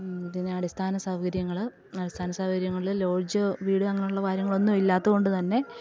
ഇതിന് അടിസ്ഥാന സൗകര്യങ്ങൾ അടിസ്ഥാന സൗകര്യങ്ങളിൽ ലോഡ്ജ് വീട് അങ്ങനെയുള്ള കാര്യങ്ങളൊന്നും ഇല്ലാത്തതുകൊണ്ടുതന്നെ